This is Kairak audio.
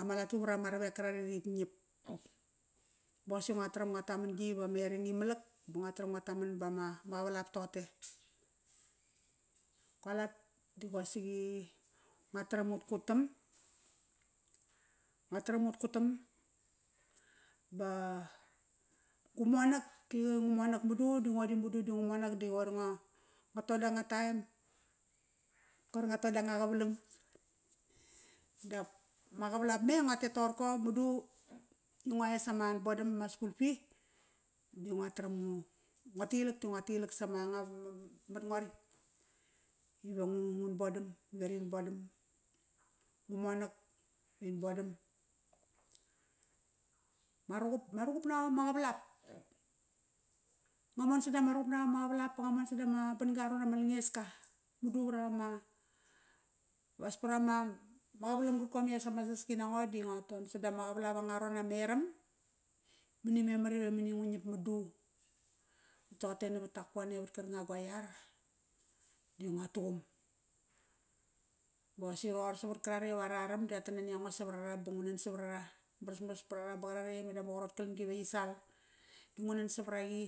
ama latu vat ama ravek qarare i rik ngiap. Ba qosaqi ngua taram ngua taman yi vama erang imalaik, ba ngu taram ngua taman vama ma qvalap toqote. Gualat da qosaqi ngua taram ngut qutam, ngua taram ngut qutam, gu monak di ngu monak madu di ngodi madu di ngu monak di qoir nga todanga taem, qoir nga todanga qavalam dap ma gavalap me ngua tet toqoroko madu ngua es saman bodam ma school fee di nga taram ngua tilak di ngua tilak sama anga mat ngoritk, va ngun bodam. Ma ruqup, ma ruqup na'ap ama qavalap. Ngua mon sadama ruqup na'ap ama qavalap, ngua mon sadama ban-ga a ron ama langeska madu vat ama as varama quvalam qarkom i as ama saski nango di ngua ton sadama qavalap angararon i ameram. Mani memar ive mani ngu ngiap madu, toqote navat Takpone vat karkanga gua iarba ngua tuqum. Ba qosaqi roqor savat karare ive ara aram di ra tan naniango savat ara ba ngu nan savat ara. Maras maras vat ara ba qarare i medama qarot golam gi ive yi sal, di ngu nan savat aqi